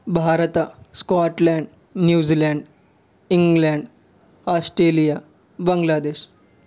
Bharat Scotland New Zealand England Australia Bangladesh